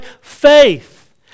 faith